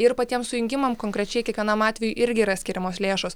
ir patiem sujungimam konkrečiai kiekvienam atvejui irgi yra skiriamos lėšos